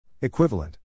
Equivalent